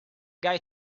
guy